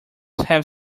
have